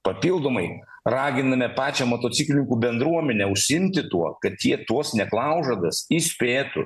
papildomai raginame pačią motociklininkų bendruomenę užsiimti tuo kad jie tuos neklaužadas įspėtų